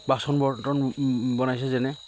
বাচন বৰ্তন বনাইছে যেনে